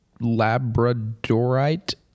labradorite